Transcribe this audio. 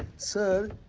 sir,